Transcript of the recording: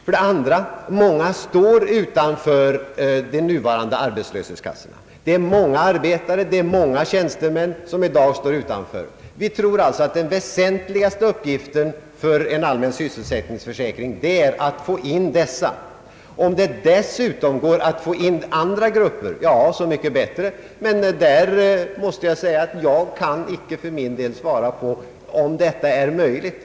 För det andra står många arbetare och tjänstemän i dag utanför de nuvarande arbetslöshetskassorna. Vi tror alltså att den väsentligaste uppgiften för en allmän sysselsättningsförsäkring är att få in dessa människor i den. Om det dessutom går att få in andra grupper, är det så mycket bättre. Jag måste emellertid medge att jag för min del icke kan svara på om det är möjligt.